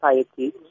society